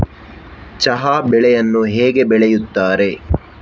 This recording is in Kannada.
ಚಹಾ ಬೆಳೆಯನ್ನು ಹೇಗೆ ಬೆಳೆಯುತ್ತಾರೆ?